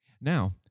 Now